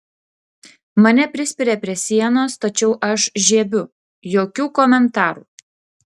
mane prispiria prie sienos tačiau aš žiebiu jokių komentarų